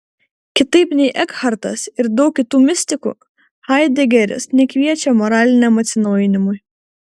kitaip nei ekhartas ir daug kitų mistikų haidegeris nekviečia moraliniam atsinaujinimui